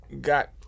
got